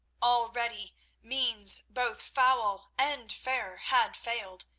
already means both foul and fair had failed,